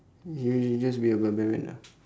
you you'll just be a barbarian ah